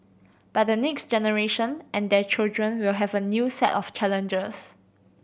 but the next generation and their children will have a new set of challenges